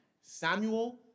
Samuel